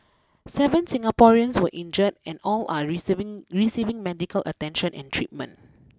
seven Singaporeans were injured and all are receiving receiving medical attention and treatment